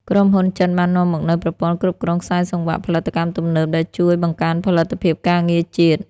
ក្រុមហ៊ុនចិនបាននាំមកនូវប្រព័ន្ធគ្រប់គ្រងខ្សែសង្វាក់ផលិតកម្មទំនើប ដែលជួយបង្កើនផលិតភាពការងារជាតិ។